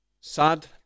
sad